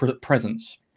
presence